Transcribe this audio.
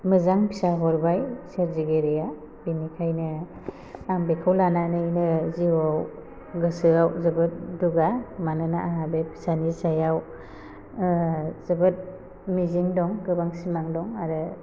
मोजां फिसा हरबाय सोरजिगिरिया बिनिखायनो आं बेखौ लानानैनो जिउआव गोसोआव जोबार दुगा मानोना आंहा बे फिसानि सायाव जोबोद मिजिं दं गोबां सिमां दं आरो